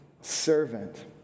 servant